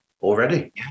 already